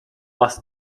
lost